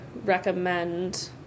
recommend